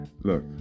Look